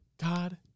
God